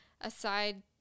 Aside